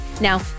Now